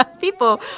People